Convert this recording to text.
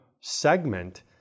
segment